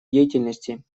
деятельности